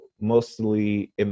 mostly